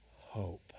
hope